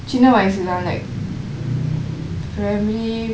சின்ன வயசு தான்:chinna vayasu thaan like primary